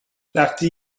رفتی